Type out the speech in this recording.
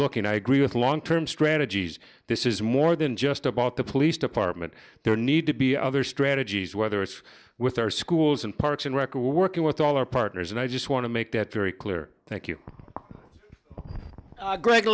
looking i agree with long term strategies this is more than just about the police department there need to be other strategies whether it's with our schools and parks and rec or working with all our partners and i just want to make that very clear thank you greg